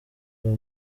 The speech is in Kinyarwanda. ndi